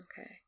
Okay